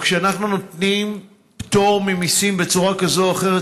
או כשאנחנו נותנים פטור ממיסים בצורה כזאת או אחרת,